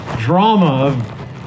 drama